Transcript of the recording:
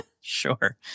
Sure